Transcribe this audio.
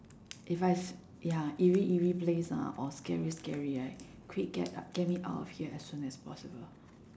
if I ya eerie eerie place ah or scary scary right quick get get me out of here as soon as possible